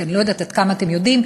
כי אני לא יודעת עד כמה אתם יודעים,